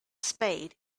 spade